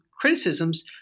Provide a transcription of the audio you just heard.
criticisms